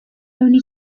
only